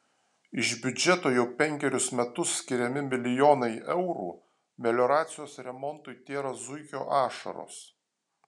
iš biudžeto jau penkerius metus skiriami milijonai eurų melioracijos remontui tėra zuikio ašaros